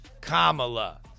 Kamala